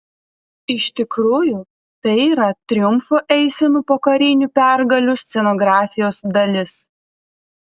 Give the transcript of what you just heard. iš tikrųjų tai yra triumfo eisenų po karinių pergalių scenografijos dalis